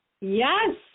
Yes